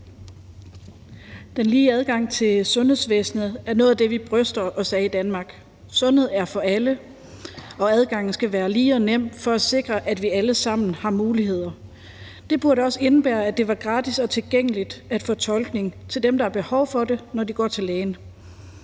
Den lige adgang til sundhedsvæsenet er noget af det, vi bryster os af i Danmark. Sundhed er for alle, og adgangen skal være lige og nem for at sikre, at vi alle sammen har muligheder. Det burde også indebære, at det var gratis og tilgængeligt at få tolkning til dem, der har behov for det, når de går til lægen.